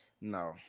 No